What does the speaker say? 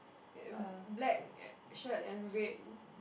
in black shirt and red